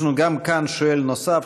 יש לנו גם כאן שואל נוסף,